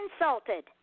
insulted